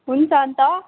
हुन्छ अन्त